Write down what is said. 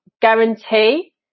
guarantee